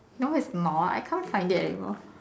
no it's not I can't find it anymore